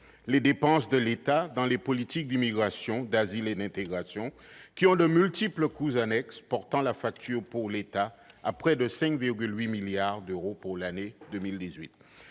les dépenses de l'État pour les politiques d'immigration, d'asile et d'intégration, qui ont de multiples coûts annexes, portant la facture pour l'État à près de 5,8 milliards d'euros pour 2018.